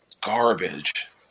garbage